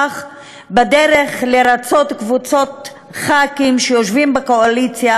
בדרך לרצות קבוצות ח"כים שיושבים בקואליציה,